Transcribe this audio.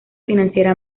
financiera